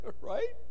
right